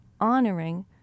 honoring